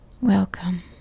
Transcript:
welcome